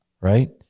right